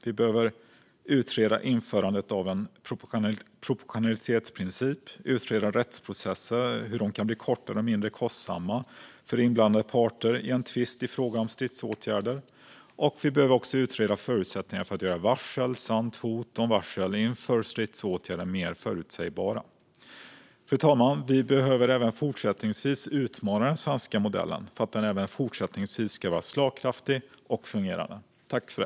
Vi behöver utreda införandet av en proportionalitetsprincip, utreda hur rättsprocesser kan bli kortare och mindre kostsamma för inblandade parter i en tvist i fråga om stridsåtgärder samt utreda förutsättningarna för att göra varsel, samt hot om varsel, inför stridsåtgärder mer förutsägbara. Fru talman! Vi behöver utmana den svenska modellen så att den även i fortsättningen ska vara slagkraftig och fungerande.